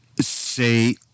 say